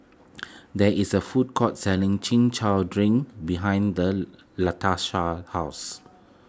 there is a food court selling Chin Chow Drink behind Latasha's house